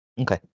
Okay